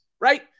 right